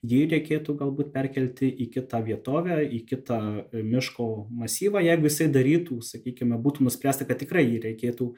jį reikėtų galbūt perkelti į kitą vietovę į kitą miško masyvą jeigu jisai darytų sakykime būtų nuspręsta kad tikrai jį reikėtų